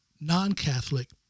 non-Catholic